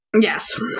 Yes